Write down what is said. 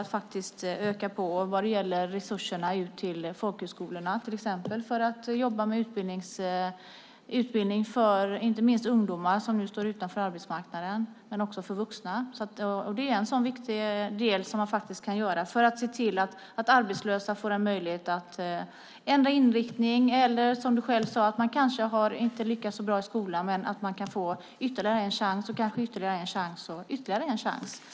Vi ökar på vad det gäller resurserna ut till folkhögskolorna för att de ska jobba med utbildning för inte minst ungdomar som nu står utanför arbetsmarknaden men också för vuxna. Det är en viktig del som man kan göra för att se till att arbetslösa får en möjlighet att ändra inriktning eller, som du själv sade, har man kanske inte lyckats så bra i skolan. Man kan få ytterligare en chans och kanske ytterligare en chans.